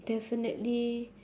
definitely